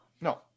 no